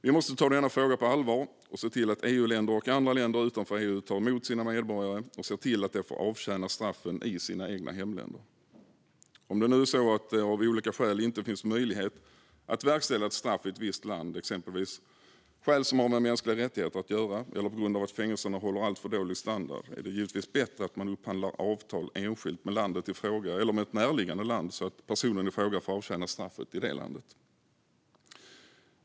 Vi måste ta denna fråga på allvar och se till att EU-länder och andra länder utanför EU tar emot sina medborgare och ser till att de får avtjäna straffen i sina egna hemländer. Om det av olika skäl inte finns möjlighet att verkställa ett straff i ett visst land, exempelvis av skäl som har med mänskliga rättigheter att göra eller på grund av att fängelserna håller alltför dålig standard, är det givetvis bättre att man upphandlar avtal enskilt med landet i fråga eller med ett närliggande land, så att personen i fråga får avtjäna straffet i det landet.